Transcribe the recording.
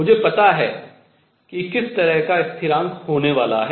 मुझे पता है कि किस तरह का स्थिरांक होने वाला है